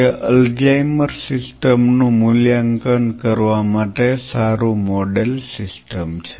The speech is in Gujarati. તે અલ્ઝાઇમર સિસ્ટમ Alzheimer's system નું મૂલ્યાંકન કરવા માટે સારું મોડેલ સિસ્ટમ છે